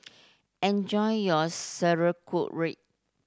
enjoy your Sauerkraut